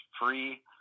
free